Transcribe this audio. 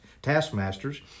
taskmasters